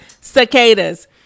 cicadas